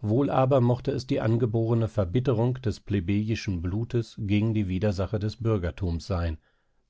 wohl aber mochte es die angeborene verbitterung des plebejischen blutes gegen die widersacher des bürgertums sein